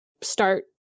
start